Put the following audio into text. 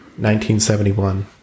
1971